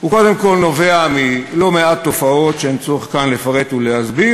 הוא קודם כול נובע מלא-מעט תופעות שאין צורך כאן לפרט ולהסביר,